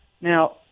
Now